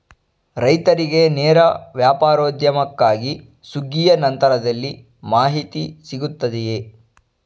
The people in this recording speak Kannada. ರೈತರಿಗೆ ನೇರ ವ್ಯಾಪಾರೋದ್ಯಮಕ್ಕಾಗಿ ಸುಗ್ಗಿಯ ನಂತರದಲ್ಲಿ ಮಾಹಿತಿ ಸಿಗುತ್ತದೆಯೇ?